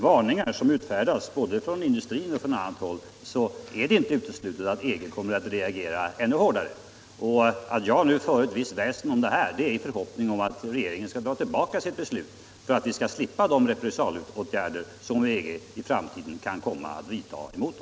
Vilka hot om motåtgärder riktade mot svensk export och därmed sysselsättningen inom landet har förekommit från andra länders eller internationella organisationers sida sedan det blev känt att den svenska regeringen beslutat om handelspolitiska åtgärder för att klara försörjningsberedskapen, och hur har regeringen bemött sådana hot eller sådan kritik?